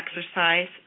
exercise